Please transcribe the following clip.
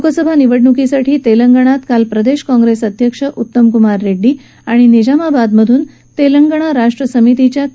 लोकसभा निवडणुकीसाठी तेलंगणात काल प्रदेश काँप्रेस अध्यक्ष उत्तम कुमार रेड्डी आणि निजामाबादमधून तेलंगणा राष्ट्र समितीच्या के